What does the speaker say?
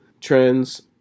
trends